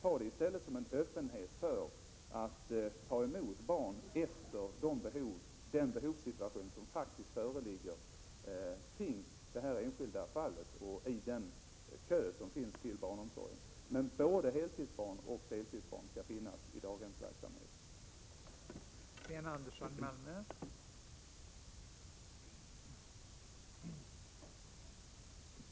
Ta det i stället som en öppenhet för att ta emot barn efter den behovssituation som faktiskt föreligger när det gäller det enskilda fallet och den kö som finns till barnomsorgen. Men det skall finnas möjligheter för barn att vara på daghemmen antingen på heleller deltid.